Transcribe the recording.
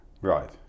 Right